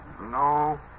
No